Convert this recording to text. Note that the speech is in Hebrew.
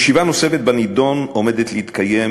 ישיבה נוספת בנדון עומדת להתקיים